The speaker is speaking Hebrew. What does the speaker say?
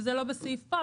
זה לא בסעיף פה,